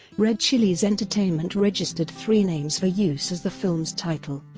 red chillies entertainment registered three names for use as the film's title.